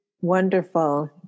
Wonderful